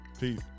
Peace